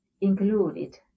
included